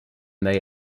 they